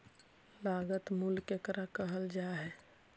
लागत मूल्य केकरा कहल जा हइ?